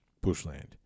bushland